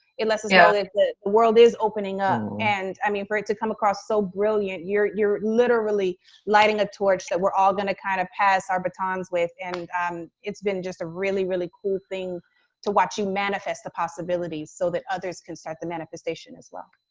it lets us know ah that the world is opening up. and i mean, for it to come across so brilliant. you're you're literally lighting a torch that we're all going to kind of pass our batons with. and it's been just a really, really cool thing to watch you manifest the possibilities so that others can start the manifestation as well.